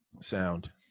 sound